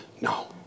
No